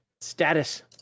status